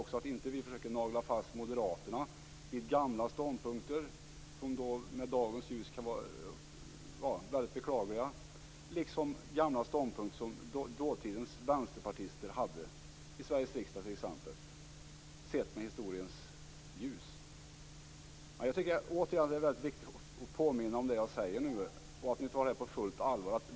Vi skall inte försöka nagla fast moderaterna vid gamla ståndpunkter, som sett i dagens ljus kan vara väldigt beklagliga. Detsamma gäller de ståndpunkter som dåtidens Vänsterpartister hade i t.ex. Sveriges riksdag, sett i historiens ljus. Det är väldigt viktigt att påminna om det jag säger, och att ni tar det på fullt allvar.